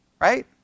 right